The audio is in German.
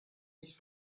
nicht